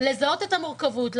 לזהות את המורכבות,